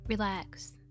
Relax